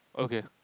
okay